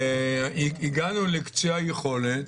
הגענו לקצה היכולת,